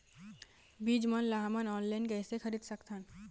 बीज मन ला हमन ऑनलाइन कइसे खरीद सकथन?